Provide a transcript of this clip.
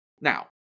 Now